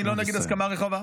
אני לא נגד הסכמה רחבה,